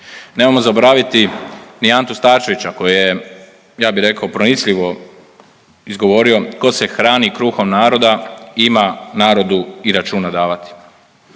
Nemojmo zaboraviti ni Antu Starčevića koji je ja bih rekao pronicljivo izgovorio tko se hrani kruhom naroda ima narodu i računa davati.